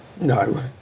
No